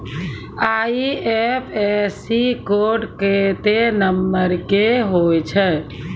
IFSC code केत्ते number के होय छै